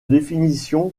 définition